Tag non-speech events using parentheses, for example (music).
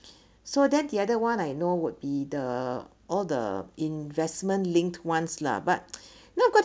so then the other one I know would be the all the investment linked ones lah but (breath) you know got